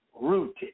rooted